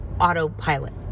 autopilot